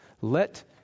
let